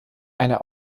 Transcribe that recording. eine